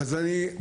אז זהו, ככה.